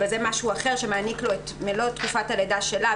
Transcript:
אבל זה משהו אחר שמעניק לו את מלוא תקופת הלידה שלה,